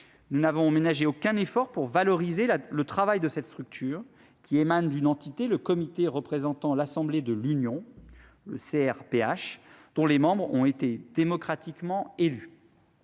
nous n'avons ménagé aucun effort pour valoriser le travail de cette structure, qui émane du Comité représentant l'Assemblée de l'Union (CRPH), dont les membres ont été démocratiquement élus.